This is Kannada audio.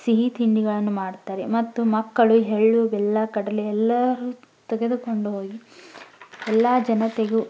ಸಿಹಿ ತಿಂಡಿಗಳನ್ನು ಮಾಡುತ್ತಾರೆ ಮತ್ತು ಮಕ್ಕಳು ಎಳ್ಳು ಬೆಲ್ಲ ಕಡಲೆ ಎಲ್ಲರೂ ತೆಗೆದುಕೊಂಡು ಹೋಗಿ ಎಲ್ಲ ಜನತೆಗೂ